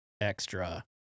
Extra